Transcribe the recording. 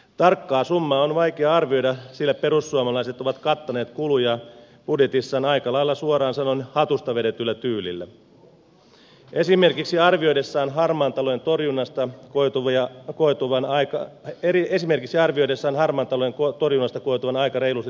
tarkkaa summaa on vaikea arvioida sillä perussuomalaiset ovat kattaneet kuluja budjetissaan aika lailla suoraan sanoen hatusta vedetyllä tyylillä esimerkiksi arvioidessaan harmaan talouden torjunnasta koituvan aikaa eri esimerkissä arvioidessaan varma tuleeko aika reilusti tuloja